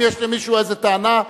אם יש למישהו איזו טענה,